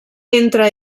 entre